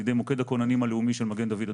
על ידי מוקד הכוננים הלאומי של מגן דוד אדום,